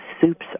soups